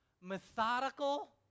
methodical